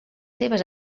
seves